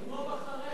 כמו בחריין.